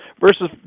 versus